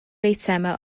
eitemau